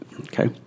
Okay